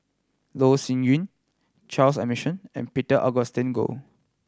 Loh Sin Yun Charles Emmerson and Peter Augustine Goh